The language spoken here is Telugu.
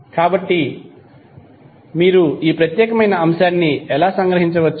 కాబట్టి మీరు ఈ ప్రత్యేకమైన అంశాన్ని ఎలా సంగ్రహించవచ్చు